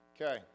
Okay